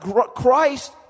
Christ